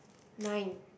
nine